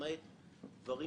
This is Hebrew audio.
למעט דברים